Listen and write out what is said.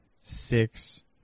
six